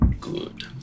Good